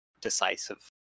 decisive